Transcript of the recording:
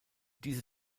diese